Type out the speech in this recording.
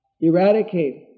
eradicate